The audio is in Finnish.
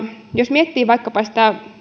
jos miettii vaikkapa sitä